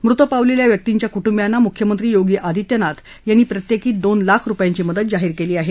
मृत पावलेल्या व्यक्तींच्या कुटुंबियांना मुख्यमंत्री योगी आदित्यनाथ यांनी प्रत्येकी दोन लाख रुपयांची मदत जाहीर केली आहे